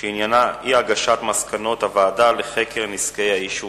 ועניינה אי-הגשת מסקנות הוועדה לחקר נזקי העישון.